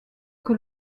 que